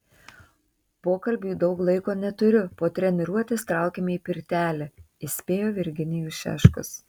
pokalbiui daug laiko neturiu po treniruotės traukiame į pirtelę įspėjo virginijus šeškus